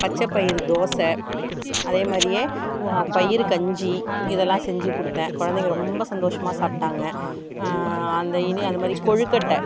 பச்சை பயிறு தோசை அதே மாதிரியே பயிறு கஞ்சி இதெலாம் செஞ்சு கொடுத்தேன் குழந்தைங்க ரொம்ப சந்தோஷமாக சாப்பிட்டாங்க அந்த இனி அதே மாதிரி கொழுக்கட்டை